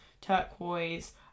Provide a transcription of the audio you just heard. turquoise